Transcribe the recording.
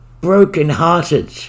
broken-hearted